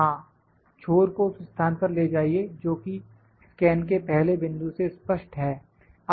हां छोर को उस स्थान पर ले जाइए जोकि स्कैन के पहले बिंदु से स्पष्ट है